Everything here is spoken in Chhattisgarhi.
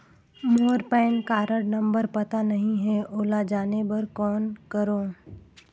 मोर पैन कारड नंबर पता नहीं है, ओला जाने बर कौन करो?